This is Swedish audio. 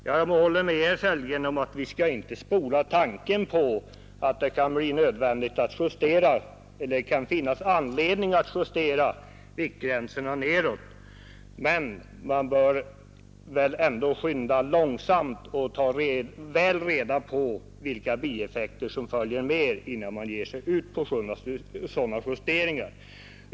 Jag håller med herr Sellgren om att vi inte helt skall avvisa tanken att det kan finnas anledning att justera viktgränserna nedåt, men man bör ändå skynda långsamt och ta väl reda på vilka bieffekterna blir innan man ger sig på att göra sådana justeringar.